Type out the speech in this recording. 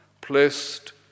placed